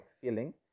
feeling